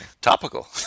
topical